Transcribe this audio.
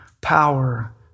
power